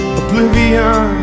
oblivion